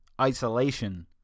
isolation